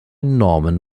norman